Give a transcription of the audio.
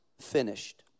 finished